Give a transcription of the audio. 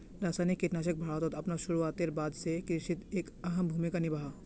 रासायनिक कीटनाशक भारतोत अपना शुरुआतेर बाद से कृषित एक अहम भूमिका निभा हा